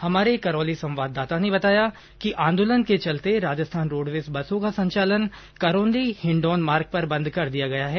हमारे करौली संवाददाता ने बताया कि आंदोलन के चलते राजस्थान रोडवेज बसों का संचालन करौली हिण्डौन मार्ग पर बंद कर दिया गया है